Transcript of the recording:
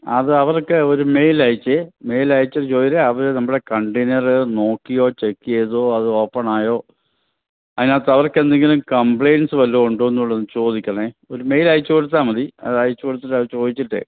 അത് അവർക്ക് ഒരു മെയിൽ അയച്ച് മെയിൽ അയച്ചിട്ട് ചോദിര് അവർ നമ്മുടെ കണ്ടൈയ്നറ് നോക്കിയോ ചെക്ക് ചെയ്തോ അതോ ഓപ്പണായോ അതിനകത്ത് അവർക്ക് എന്തെങ്കിലും കംപ്ലൈൻറ്റ്സ് വല്ലതും ഉണ്ടോന്നൂടെ ഒന്ന് ചോദിക്കണം ഒരു മെയിൽ അയച്ചുകൊടുത്താൽ മതി അത് അയച്ചു കൊടുത്തിട്ട് അത് ചോദിച്ചിട്ട്